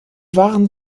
waren